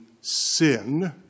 sin